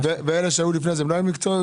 ואלה שהיו לפני זה הם לא היו מקצועיים?